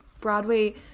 Broadway